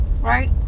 Right